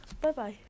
Bye-bye